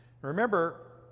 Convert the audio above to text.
Remember